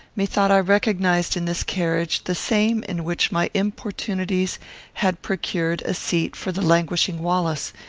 methought i recognised in this carriage the same in which my importunities had procured a seat for the languishing wallace,